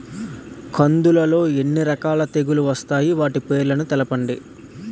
కందులు లో ఎన్ని రకాల తెగులు వస్తాయి? వాటి పేర్లను తెలపండి?